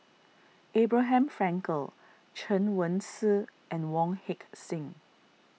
Abraham Frankel Chen Wen Hsi and Wong Heck Sing